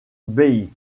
bei